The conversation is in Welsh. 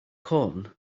corn